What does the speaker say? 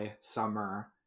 summer